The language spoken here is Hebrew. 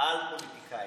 על פוליטיקאים.